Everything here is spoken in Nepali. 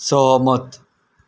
सहमत